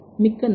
மிக்க நன்றி